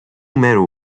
medal